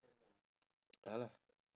!alah!